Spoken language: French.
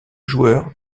joueur